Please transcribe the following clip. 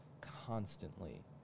constantly